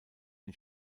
den